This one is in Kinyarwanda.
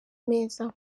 meza